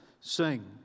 sing